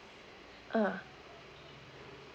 uh